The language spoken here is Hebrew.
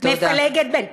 תודה.